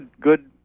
good